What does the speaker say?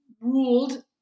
ruled